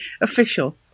official